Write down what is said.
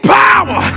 power